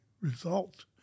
result